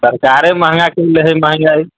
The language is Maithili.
सरकारे महंगा कयले हइ महंगाइ